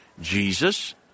Jesus